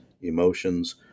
emotions